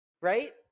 Right